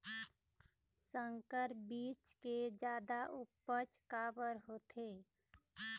संकर बीज के जादा उपज काबर होथे?